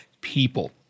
people